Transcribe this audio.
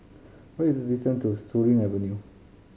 what is the distant to Surin Avenue